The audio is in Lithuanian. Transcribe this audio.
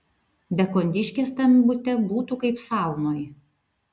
be kondiškės tam bute būtų kaip saunoj